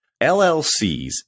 LLCs